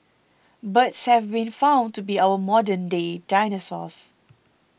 birds have been found to be our modern day dinosaurs